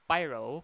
Pyro